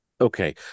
Okay